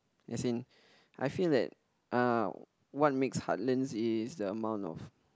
as in I feel that uh what makes heartland is the amount of